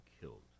killed